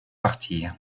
partir